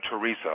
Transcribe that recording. Teresa